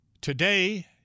Today